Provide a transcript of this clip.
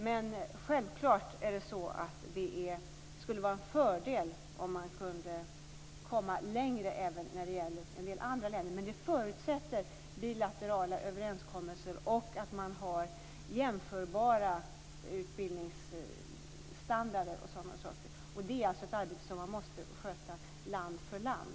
Det skulle självklart vara en fördel om det gick att komma längre även med en del andra länder. Det förutsätter bilaterala överenskommelser och att det finns jämförbara utbildningsstandarder. Det är ett arbete som måste skötas land för land.